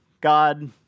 God